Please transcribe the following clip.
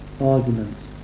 arguments